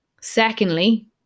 Secondly